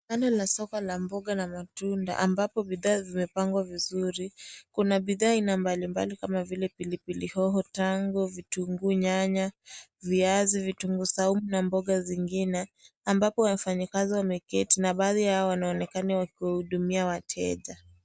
Ndani la soko la mboga na matunda ambapo bidhaa zimepangwa vizuri, kuna bidhaa aina mbali mbali kama vile pilipili hoho, tango, vitunguu, nyanya, viazi vitunguu saumu na mboga zingine, ambapo wafanyikazi wameketi na baadhi yao wanaonekana wakiwahudumia wateja.